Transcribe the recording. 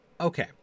Okay